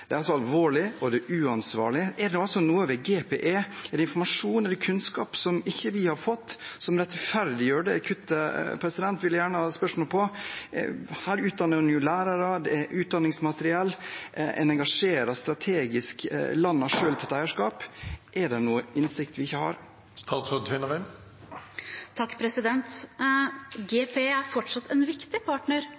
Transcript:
Det er altså alvorlig, og det er uansvarlig. Er det noe ved GPE, informasjon eller kunnskap, vi ikke har fått som rettferdiggjør det kuttet? Det vil jeg gjerne ha svar på. Her utdanner en jo nye lærere, det er utdanningsmateriell, en engasjerer strategisk, land har selv tatt eierskap. Er det noe innsikt vi ikke har?